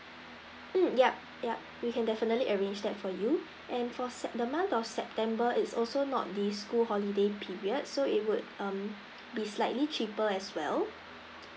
mm yup yup we can definitely arrange that for you and for sep~ the month of september it's also not the school holiday period so it would mm be slightly cheaper as well